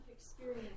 experience